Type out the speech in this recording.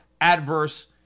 adverse